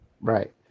Right